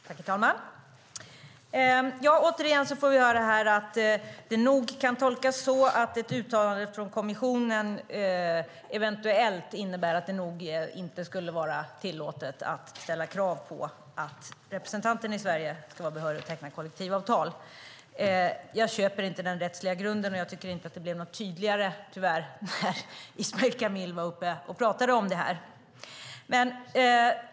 Herr talman! Återigen får vi höra att det nog kan tolkas så att ett uttalande från kommissionen eventuellt innebär att det inte skulle vara tillåtet att ställa krav på att representanten i Sverige ska vara behörig att teckna kollektivavtal. Jag köper inte den rättsliga grunden, och jag tycker tyvärr inte att det blev tydligare när Ismail Kamil var uppe och talade om detta.